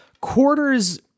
Quarters